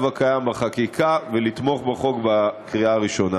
הקיים בחקיקה ולתמוך בחוק בקריאה ראשונה.